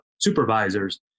supervisors